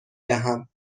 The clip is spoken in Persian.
دهم